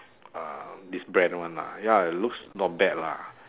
uh this brand [one] lah ya it looks not bad lah